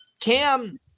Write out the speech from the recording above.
Cam